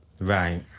Right